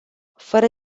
fără